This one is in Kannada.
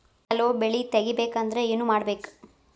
ಛಲೋ ಬೆಳಿ ತೆಗೇಬೇಕ ಅಂದ್ರ ಏನು ಮಾಡ್ಬೇಕ್?